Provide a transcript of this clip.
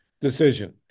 decision